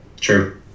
True